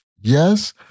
yes